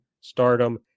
Stardom